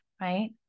right